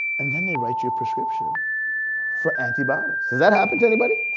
and then they write you a prescription for antibiotics. has that happened to anybody?